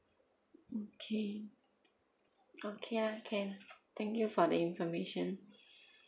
okay okay lah can thank you for the information